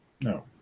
No